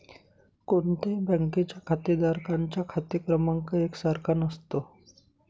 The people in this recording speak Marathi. कोणत्याही बँकेच्या खातेधारकांचा खाते क्रमांक एक सारखा नसतो